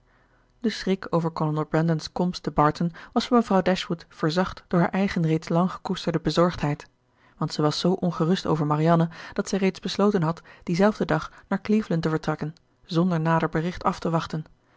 de schrik over kolonel brandon's komst te barton was voor mevrouw dashwood verzacht door haar eigen reeds lang gekoesterde bezorgdheid want zij was zoo ongerust over marianne dat zij reeds besloten had dien zelfden dag naar cleveland te vertrekken zonder nader bericht af te wachten